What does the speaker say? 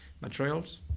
materials